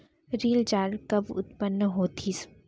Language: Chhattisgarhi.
ऋण जाल कब उत्पन्न होतिस?